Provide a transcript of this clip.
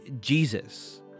Jesus